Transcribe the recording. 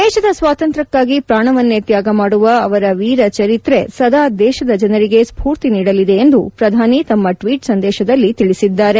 ದೇಶದ ಸ್ವಾತಂತ್ರ್ಕಕ್ಕಾಗಿ ಪ್ರಾಣವನ್ನೇ ತ್ಯಾಗಮಾಡುವ ಅವರ ವೀರ ಚರಿತೆ ಸದಾ ದೇಶದ ಜನರಿಗೆ ಸ್ಪೂರ್ತಿ ನೀಡಲಿದೆ ಎಂದು ಪ್ರಧಾನಿ ತಮ್ಮ ಟ್ವೀಟ್ ಸಂದೇಶದಲ್ಲಿ ತಿಳಿಸಿದ್ದಾರೆ